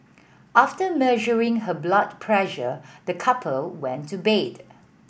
after measuring her blood pressure the couple went to bed